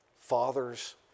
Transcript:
fathers